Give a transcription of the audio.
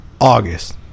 August